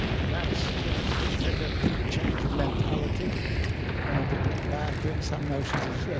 and that's that's going to take a big change of mentality to bring back and some notions of